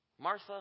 Martha